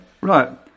Right